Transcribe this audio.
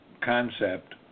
concept